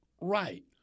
Right